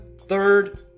third